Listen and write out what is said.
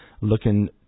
looking